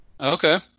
Okay